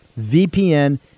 VPN